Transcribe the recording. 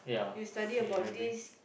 you study about this